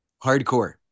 hardcore